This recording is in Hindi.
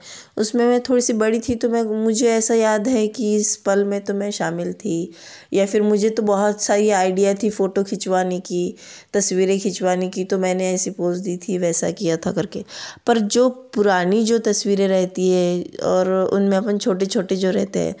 उसमें मैं थोड़ी सी बड़ी थी तो मैं मुझे ऐसा याद है कि इस पल में तुम्हें शामिल थी या फिर मुझे तो बहुत सही आईडिया थी फ़ोटो खिंचवाने की तस्वीरें खिंचवाने की तो मैं ऐसी पूछ दी थी वैसा किया था करके पर जो पुरानी जो तस्वीरें रहती हैं और उनमें अपन छोटे छोटे जो रहते हैं